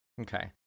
Okay